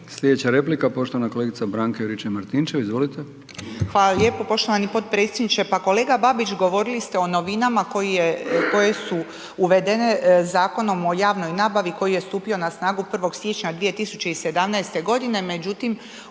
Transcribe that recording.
Sljedeća replika poštovana kolegica Branka Juričev-Martinčev. Izvolite. **Juričev-Martinčev, Branka (HDZ)** Hvala lijepo poštovani potpredsjedniče. Pa kolega Babić govorili ste o novinama koje su uvedene Zakonom o javnoj nabavi koji je stupio na snagu 1. siječnja 2017. godine, međutim